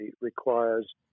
requires